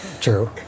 True